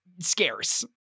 scarce